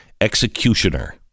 executioner